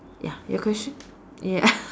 ya your question ya